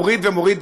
מוריד ומוריד,